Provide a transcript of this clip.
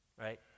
Right